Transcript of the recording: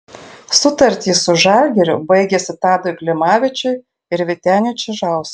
sutartys su žalgiriu baigėsi tadui klimavičiui ir vyteniui čižauskui